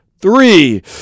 three